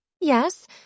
Yes